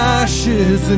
ashes